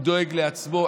הוא דואג לעצמו.